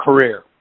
career